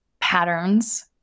patterns